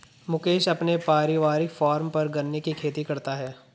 मुकेश अपने पारिवारिक फॉर्म पर गन्ने की खेती करता है